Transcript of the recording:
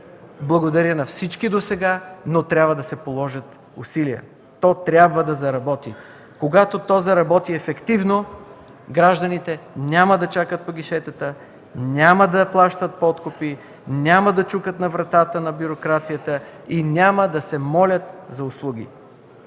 благодаря на всички досега, но трябва да се положат усилия то да заработи. Когато то заработи ефективно, гражданите няма да чакат по гишетата, няма да плащат подкупи, няма да чукат на вратата на бюрокрацията и няма да се молят за услуги.